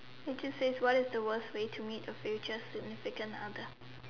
it just says what is the worst way to meet your future significant other